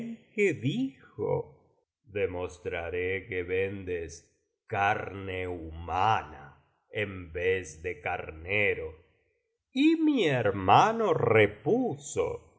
jeique dijo demostraré que vendes carne humana en vez de carnero y mi hermano repuso